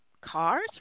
cars